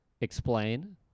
explain